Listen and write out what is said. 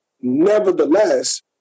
Nevertheless